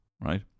right